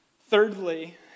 Thirdly